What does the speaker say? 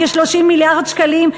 כ-30 מיליארד שקלים?